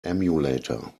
emulator